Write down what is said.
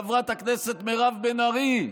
חברת הכנסת מירב בן ארי,